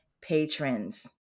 patrons